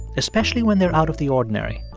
especially when they're out of the ordinary.